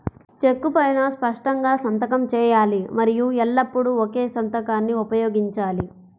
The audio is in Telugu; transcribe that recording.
చెక్కు పైనా స్పష్టంగా సంతకం చేయాలి మరియు ఎల్లప్పుడూ ఒకే సంతకాన్ని ఉపయోగించాలి